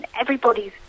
everybody's